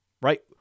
right